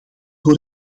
voor